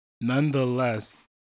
nonetheless